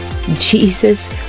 Jesus